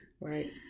Right